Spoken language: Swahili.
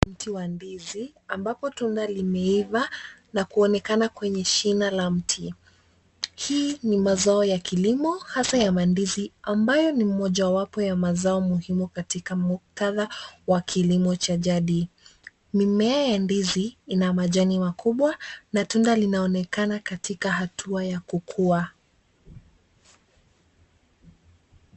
Mti wa ndizi ambapo tunda limeiva na kuonekana kwenye shina la mti. Hii ni mazao ya kilimo hasa mandizi ambayo ni mojawapo ya mazao muhimu katika muktadha wa kilimo cha jadi. Mimea ya ndizi ina majani makubwa na tunda linaonekana katika hatua ya kukua.